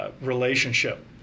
relationship